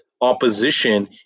opposition